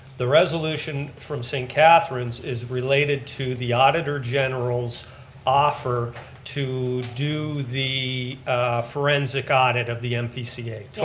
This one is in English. the resolution from st. catherine's is related to the auditor general's offer to do the forensic audit of the npca.